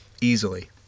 easily